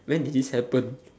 when did this happen